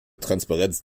transparenz